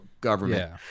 government